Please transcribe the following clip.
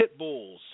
Pitbulls